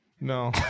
No